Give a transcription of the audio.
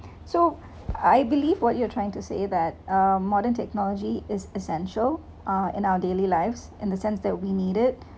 so I believe what you trying to say that uh modern technology is essential uh in our daily lives in the sense that we need it